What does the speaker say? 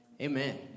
amen